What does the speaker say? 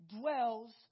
Dwells